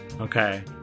Okay